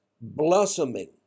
blossoming